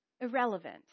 irrelevant